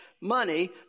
money